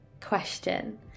question